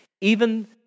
Even